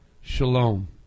Shalom